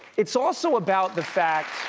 it's also about the fact